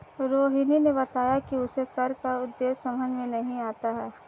रोहिणी ने बताया कि उसे कर का उद्देश्य समझ में नहीं आता है